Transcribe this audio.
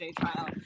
trial